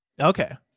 Okay